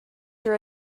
your